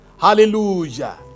Hallelujah